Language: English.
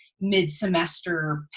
mid-semester